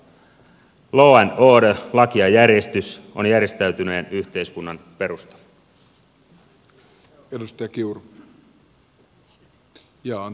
law and order laki ja järjestys on järjestäytyneen yhteiskunnan perusta